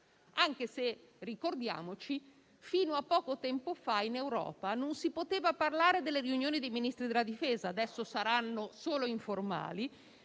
Ricordiamoci però che fino a poco tempo fa in Europa non si poteva parlare delle riunioni dei Ministri della difesa (adesso saranno solo informali).